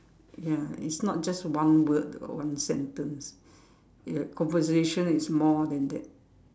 ya it's not just one word or one sentence your conversation is more than that